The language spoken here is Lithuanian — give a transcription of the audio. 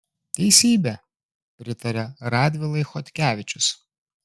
teisybė pritaria radvilai chodkevičius